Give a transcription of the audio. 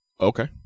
Okay